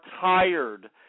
tired